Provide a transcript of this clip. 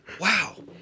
wow